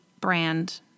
brand